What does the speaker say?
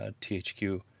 THQ